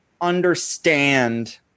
understand